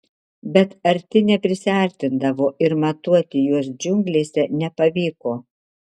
bet arti neprisiartindavo ir matuoti juos džiunglėse nepavyko